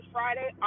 Friday